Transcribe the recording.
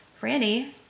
Franny